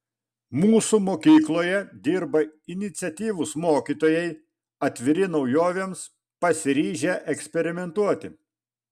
mūsų mokykloje dirba iniciatyvūs mokytojai atviri naujovėms pasiryžę eksperimentuoti